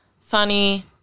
funny